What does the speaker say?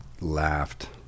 laughed